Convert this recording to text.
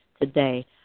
today